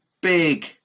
big